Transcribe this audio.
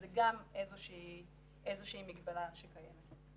אז זו גם איזו שהיא מגבלה שקיימת.